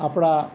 આપણા